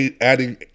adding